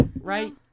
right